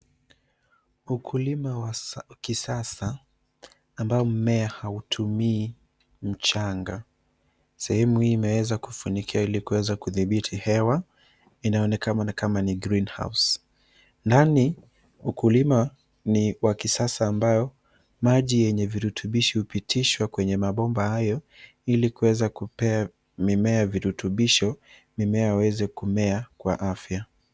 Ukulima wa kisasa, ambao mmea hautumii mchanga. Sehemu hii imeweza kufunikiwa ili kuweza kudhibiti hewa. Inaonekana kama ni greenhouse . Ndani ukulima ni wa kisasa, ambao maji yenye virutubisho hupitishwa kwenye mabomba hayo , ili kuweza kupea mimea virutubisho, mimea yaweze kumea kwa afya.